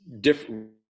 different